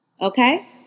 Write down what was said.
Okay